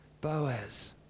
Boaz